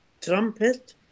trumpet